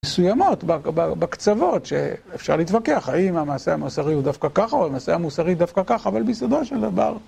מסוימות, בקצוות, שאפשר להתווכח האם המעשה המוסרי הוא דווקא ככה או המעשה המוסרי דווקא ככה אבל בסופו של דבר